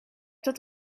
dat